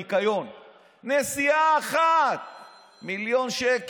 יקיים הסכם עם מנסור עבאס,